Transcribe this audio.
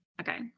okay